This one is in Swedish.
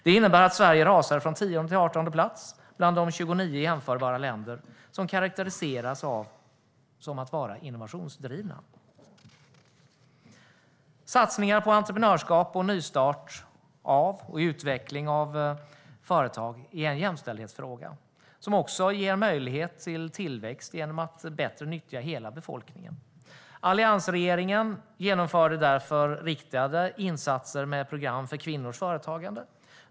Det innebär att Sverige rasar från 10:e till 18:e plats bland de 29 jämförbara länderna, som karakteriseras som innovationsdrivna. Satsningar på entreprenörskap och nystart och utveckling av företag är en jämställdhetsfråga som också ger möjlighet till tillväxt genom att hela befolkningen nyttjas på ett bättre sätt. Alliansregeringen genomförde därför riktade insatser med program för kvinnors företagande.